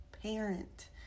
parent